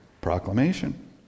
proclamation